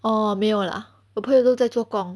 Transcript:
orh 没有 lah 我朋友都在做工